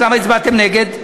אז למה הצבעתם נגד?